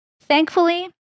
Thankfully